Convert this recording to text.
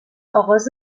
آغاز